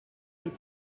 est